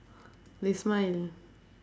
they smile